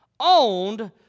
Owned